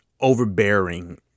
overbearing